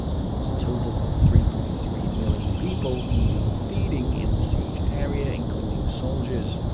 and there was a total of three point three million people needing feeding in the siege area including soldiers.